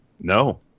no